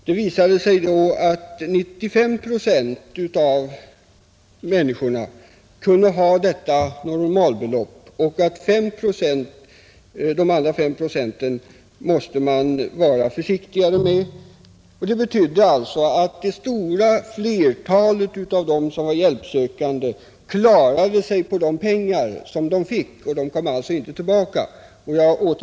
Det visade sig att 95 procent av människorna själva kunde förvalta detta månadsbelopp, medan socialnämnden måste vara försiktigare med de resterande fem procenten. Det betydde att det stora flertalet hjälpsökande klarade sig på de pengar de fick. De kom alltså inte tillbaka och begärde komplettering.